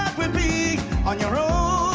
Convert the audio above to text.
will be on your own